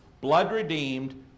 blood-redeemed